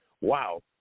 Wow